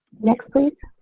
next, please.